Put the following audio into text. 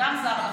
גם זה זר לכם.